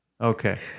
Okay